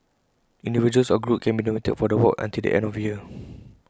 individuals or groups can be nominated for the award until the end of the year